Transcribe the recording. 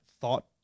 thought